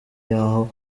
yaho